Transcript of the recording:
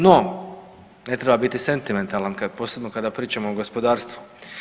No, ne treba biti sentimentalan posebno kada pričamo o gospodarstvu.